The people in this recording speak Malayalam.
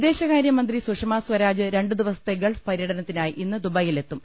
വിദേശകാര്യമന്ത്രി സുഷമ സ്വരാജ് രണ്ടു ദിവസത്തെ ഗൾഫ് പര്യടനത്തിനായി ഇന്ന് ദുബൈയിൽ എത്തും